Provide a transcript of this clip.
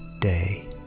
Day